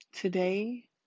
Today